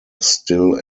still